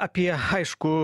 apie aišku